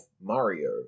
Mario